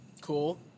cool